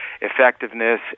effectiveness